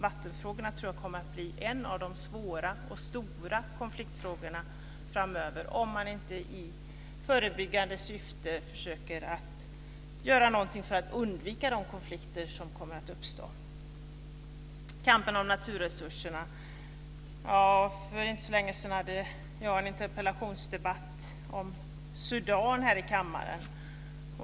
Vattenfrågorna tror jag kommer att bli en av de svåra och stora konfliktfrågorna framöver, om man inte i förebyggande syfte försöker att göra någonting för att undvika de konflikter som kommer att uppstå. Så till kampen om naturresurserna. För inte så länge sedan hade jag en interpellationsdebatt om Sudan här i kammaren.